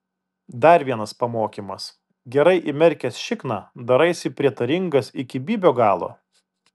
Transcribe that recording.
dar vienas pamokymas gerai įmerkęs šikną daraisi prietaringas iki bybio galo